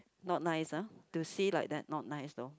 not nice ah to see like that not nice though